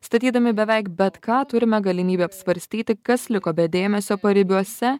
statydami beveik bet ką turime galimybę apsvarstyti kas liko be dėmesio paribiuose